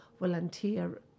volunteer